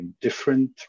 different